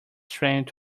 strength